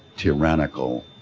tyrannical,